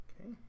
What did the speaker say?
Okay